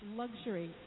luxury